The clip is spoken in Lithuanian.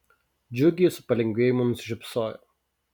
džiugiai su palengvėjimu nusišypsojo